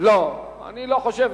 לא, אני לא חושב.